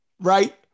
right